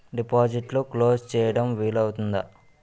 డిపాజిట్లు క్లోజ్ చేయడం వీలు అవుతుందా?